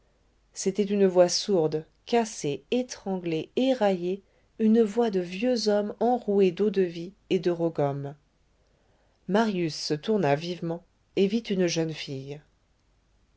c'était une voix sourde cassée étranglée éraillée une voix de vieux homme enroué d'eau-de-vie et de rogome marius se tourna vivement et vit une jeune fille